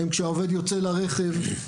כשהעובד יוצא לרכב.